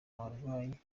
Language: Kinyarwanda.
abarwanyi